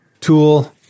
Tool